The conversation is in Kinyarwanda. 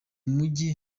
mujyi